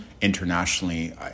internationally